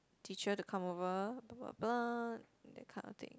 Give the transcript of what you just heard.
teacher to come over blah blah blah that kind of thing